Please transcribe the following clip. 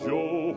Joe